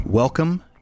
Welcome